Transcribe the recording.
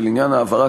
ולעניין העברה,